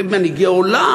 ומנהיגי עולם,